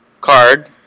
card